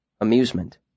Amusement